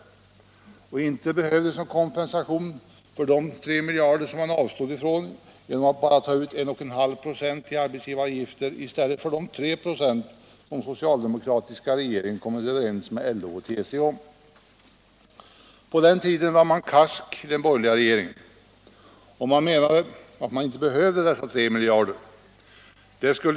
Inte heller ansåg man att det behövdes någon kompensation för de 3 miljarder som man avstod från. Man tog bara ut 1,5 96 i arbetsgivaravgift i stället för de 3 96 som den socialdemokratiska regeringen kommit överens med LO och TCO om. På den tiden var man karsk i den borgerliga regeringen och menade att man inte behövde dessa 3 miljarder.